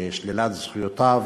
בשלילת זכויותיו,